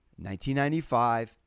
1995